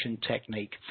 technique